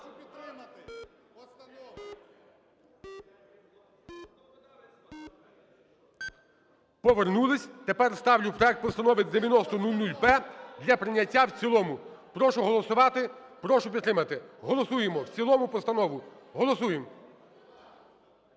Повернулись. Тепер ставлю проект Постанови 9000-П для прийняття в цілому. Прошу голосувати, прошу підтримати. Голосуємо в цілому постанову. Голосуємо.